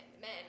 men